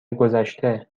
گذشته